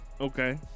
Okay